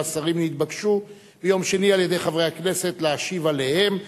השרים נתבקשו ביום שני על-ידי חברי הכנסת להשיב עליהן,